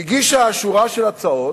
הוועדה הזאת גישה שורה של הצעות,